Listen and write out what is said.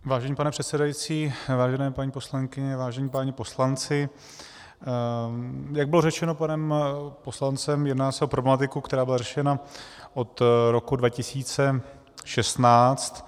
Vážený pane předsedající, vážené paní poslankyně, vážení páni poslanci, jak bylo řečeno panem poslancem, jedná se o problematiku, která byla řešena od roku 2016.